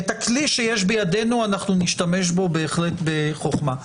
הכלי שיש בידינו, אנחנו נשתמש בו בהחלט בחוכמה.